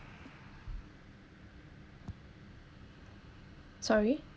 sorry